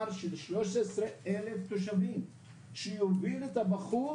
כלומר של-13,000 תושבים שיוביל את הבחור